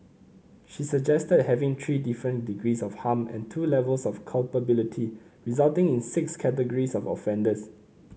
she suggested having three different degrees of harm and two levels of culpability resulting in six categories of offenders